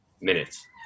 minutes